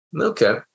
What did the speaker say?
Okay